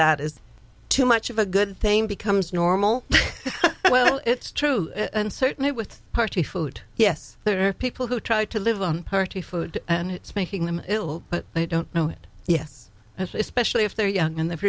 that is too much of a good thing becomes normal well it's true and certainly with party food yes there are people who try to live on party food and it's making them ill but they don't know it yes especially if they're young and the